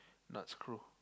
nut screw